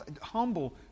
humble